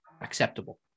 acceptable